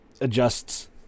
adjusts